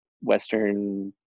Western